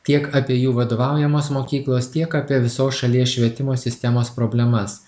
tiek apie jų vadovaujamos mokyklos tiek apie visos šalies švietimo sistemos problemas